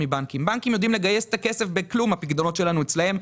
בנקים יודעים לגייס את הכסף בכלום - הפיקדונות שלנו אצלם,